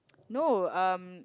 no um